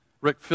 Rick